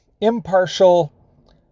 impartial